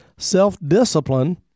self-discipline